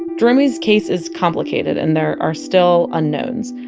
jeromey's case is complicated and there are still unknowns.